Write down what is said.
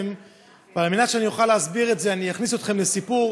הרווחה והבריאות להכנה לקריאה ראשונה.